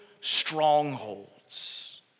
strongholds